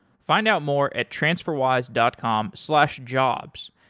find out more at transferwise dot com slash jobs.